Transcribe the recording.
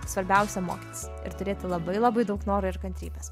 svarbiausia mokytis ir turėti labai labai daug noro ir kantrybės